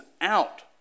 out